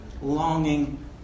longing